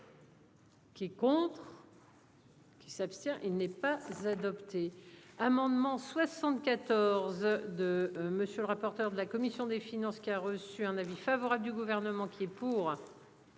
Qui est contre. Qui s'abstient. Il n'est pas Z opté amendement 74 de monsieur le rapporteur de la commission des finances, qui a reçu un avis favorable du gouvernement qui est pour.